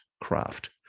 craft